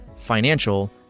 financial